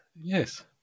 yes